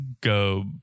go